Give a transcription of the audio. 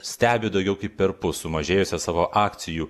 stebi daugiau kaip perpus sumažėjusią savo akcijų